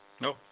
No